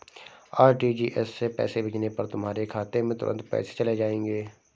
RTGS से पैसे भेजने पर तुम्हारे खाते में तुरंत पैसे चले जाएंगे